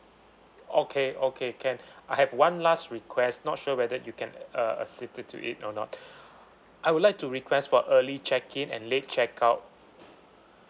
okay okay can I have one last request not sure whether you can uh accede to it or not I would like to request for early check in and late check out